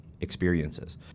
experiences